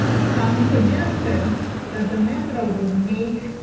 some suggested that the metro would make